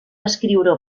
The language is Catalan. escriure